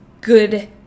good